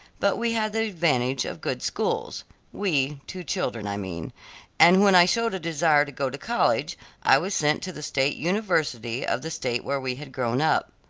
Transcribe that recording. but we had the advantage of good schools we two children, i mean and when i showed a desire to go to college i was sent to the state university of the state where we had grown up.